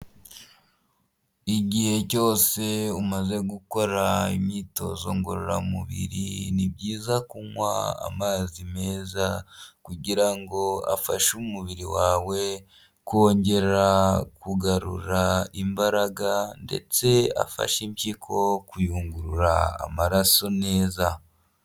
Igihe cyose umaze gukora imyitozo ngororamubiri, ni byiza kunywa amazi meza kugira ngo afashe umubiri wawe kongera kugarura imbaraga ndetse afashe impyiko kuyungurura amaraso neza.